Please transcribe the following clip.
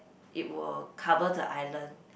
it will cover the island